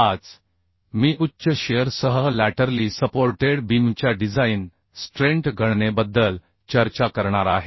आज मी उच्च शिअर सह लॅटरली सपोर्टेड बीमच्या डिझाइन स्ट्रेंट गणनेबद्दल चर्चा करणार आहे